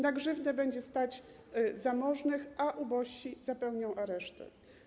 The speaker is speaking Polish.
Na grzywnę będzie stać zamożnych, a ubożsi zapełnią areszty.